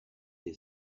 they